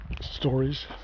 stories